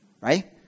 Right